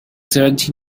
seventeen